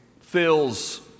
Phil's